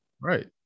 Right